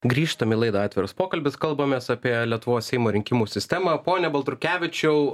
grįžtam į laidą atviras pokalbis kalbamės apie lietuvos seimo rinkimų sistemą pone baltrukevičiau